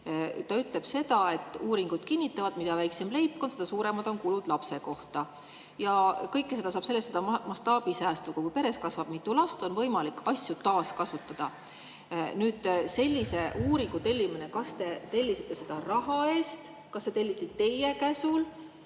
Seal öeldakse, et uuringud kinnitavad, et mida väiksem leibkond, seda suuremad on kulud lapse kohta, ja kõike seda saab seletada mastaabisäästuga, sest kui peres kasvab mitu last, siis on võimalik asju taaskasutada. Sellise uuringu tellimine – kas te tellisite selle raha eest, kas see telliti teie käsul?